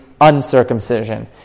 uncircumcision